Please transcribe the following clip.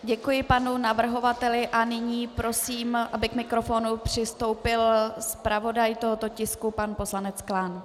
Děkuji panu navrhovateli a nyní prosím, aby k mikrofonu přistoupil zpravodaj tohoto tisku pan poslanec Klán.